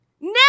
Now